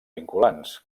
vinculants